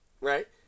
Right